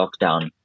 lockdown